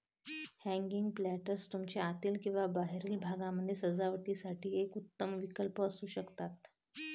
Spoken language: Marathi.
हँगिंग प्लांटर्स तुमच्या आतील किंवा बाहेरील भागामध्ये सजावटीसाठी एक उत्तम विकल्प असू शकतात